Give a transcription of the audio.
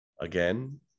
Again